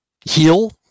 heal